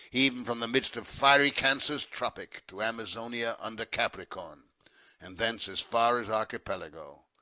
even from the midst of fiery cancer's tropic to amazonia under capricorn and thence, as far as archipelago,